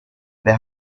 wer